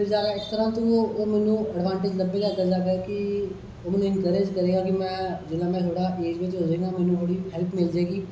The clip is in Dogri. ज्यादा इस तरह तू अडवान्टेज लब्भे लेता जाए ते कि ओह् उंहे गी कर्ज करे कि जिसले में थोह्ड़ा ऐज च पुज्जना उसलै थोह्ड़ी हैल्प मिली जाए गी